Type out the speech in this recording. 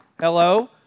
Hello